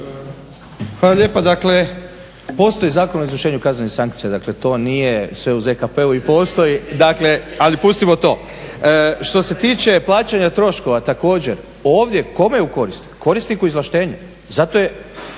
Hvala lijepa. Dakle, postoji Zakon o izvršenju kaznenih sankcija, dakle to nije sve u ZKP-u i postoji, dakle, ali pustimo to. Što se tiče plaćanja troškova, također ovdje kome je u korist? Korisniku izvlaštenja. Zato je